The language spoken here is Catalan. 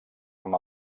amb